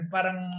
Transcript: Parang